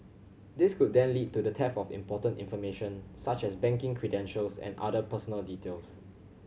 this could then lead to the theft of important information such as banking credentials and other personal details